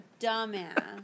dumbass